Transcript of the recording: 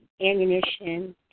ammunition